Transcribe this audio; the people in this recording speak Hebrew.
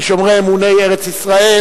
משומרי אמוני ארץ-ישראל,